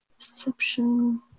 Perception